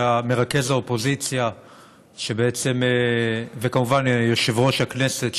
למרכז האופוזיציה וכמובן ליושב-ראש הכנסת,